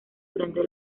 durante